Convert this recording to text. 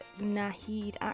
Nahid